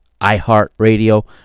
iHeartRadio